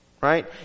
Right